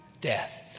death